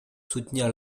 soutenir